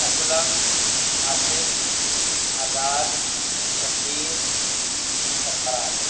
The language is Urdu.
اسلم آصف آزاد شبیر سرفراز